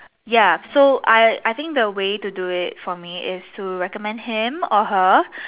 ya so I I think the way to do for me is to recommend him or her